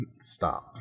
stop